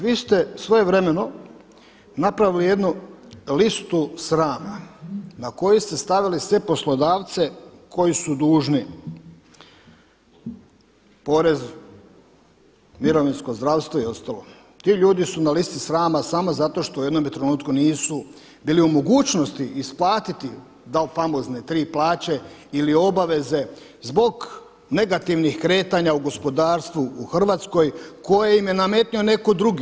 Vi ste svojevremeno napravili jednu listu srama na koju ste stavili sve poslodavce koji su dužni porez, mirovinsko, zdravstvo i ostalo, ti ljudi su na listi srama samo zato što u jednome trenutku nisu bili u mogućnosti isplatiti dao famozne tri plaće ili obaveze zbog negativnih kretanja u gospodarstvu u Hrvatskoj koji im je nametnu oni drugi.